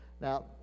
Now